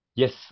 Yes